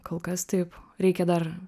kol kas taip reikia dar